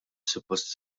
suppost